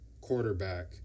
quarterback